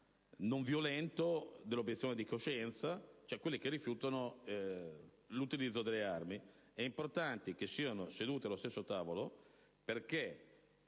nonviolento dell'obiezione di coscienza, cioè di coloro che rifiutano l'utilizzo delle armi. È importante che siano seduti ad uno stesso tavolo, perché